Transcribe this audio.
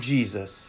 Jesus